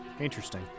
Interesting